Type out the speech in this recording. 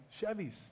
Chevys